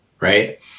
Right